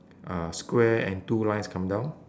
uh square and two lines coming down